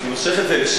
אני מושך את זה לשם,